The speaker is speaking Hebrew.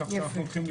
אבל כמה שפחות להשפיל.